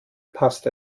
passt